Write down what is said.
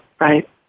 Right